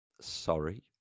Sorry